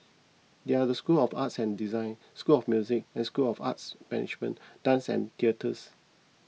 they are the school of art and design school of music and school of arts management dance and theatres